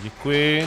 Děkuji.